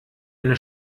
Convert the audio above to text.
eine